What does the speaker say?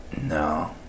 No